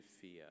fear